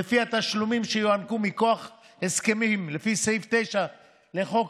שלפיה תשלומים שיוענקו מכוח הסכמים לפי סעיף 9 לחוק